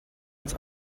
uns